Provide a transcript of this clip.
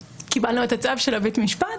קיבלנו את הצו של בית המשפט.